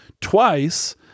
twice